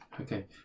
Okay